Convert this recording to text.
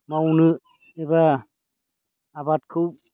मावनो एबा आबादखौ